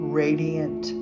radiant